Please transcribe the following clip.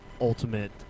ultimate